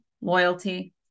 loyalty